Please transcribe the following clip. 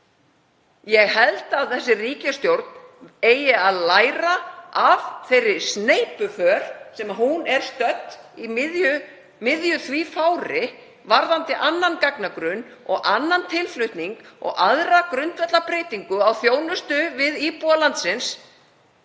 Ég held að þessi ríkisstjórn eigi að læra af þeirri sneypuför sem hún er stödd í, í miðju því fári, varðandi annan gagnagrunn og annan tilflutning og aðra grundvallarbreytingu á þjónustu við íbúa landsins